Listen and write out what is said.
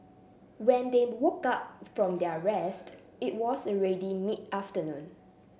when they woke up from their rest it was already mid afternoon